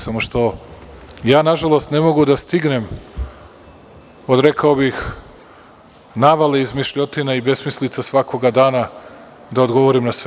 Samo što ja, nažalost, ne mogu da stignem od, rekao bih, navala, izmišljotina i besmislica svakoga dana da odgovorim na sve.